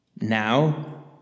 Now